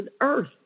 earth